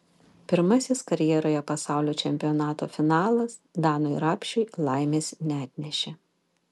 pirmasis karjeroje pasaulio čempionato finalas danui rapšiui laimės neatnešė